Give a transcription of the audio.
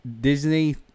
Disney